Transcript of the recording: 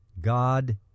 God